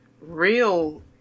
real